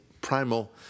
primal